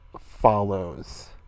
follows